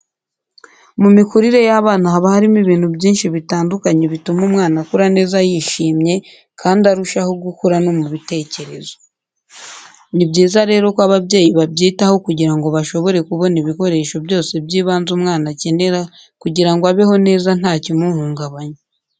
Mu mikurire y'abana haba harimo ibintu byinshi bitandukanye bituma umwana akura neza yishimye kandi arushaho gukura no mu bitekerezo. Ni byiza rero ko ababyeyi babyitaho kugira ngo bashobore kubona ibikoresho byose by'ibanze umwana akenera kugira ngo abeho neza nta kimuhungabanya.